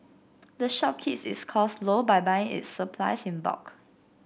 the shop keeps its costs low by buying its supplies in bulk